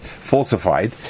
falsified